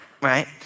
right